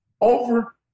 over